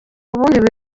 ubundi